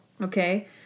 Okay